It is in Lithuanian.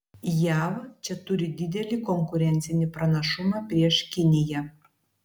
jav čia turi didelį konkurencinį pranašumą prieš kiniją